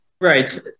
right